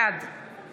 בעד